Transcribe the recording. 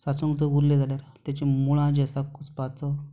सांचून उदक उरलें जाल्यार ताचीं मुळां जीं आसा कुसपाचो खूब